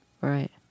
Right